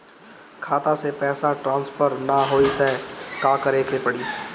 खाता से पैसा टॉसफर ना होई त का करे के पड़ी?